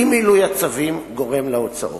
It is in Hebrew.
אי-מילוי הצווים גורם להוצאות.